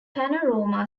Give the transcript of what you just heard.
panorama